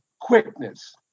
quickness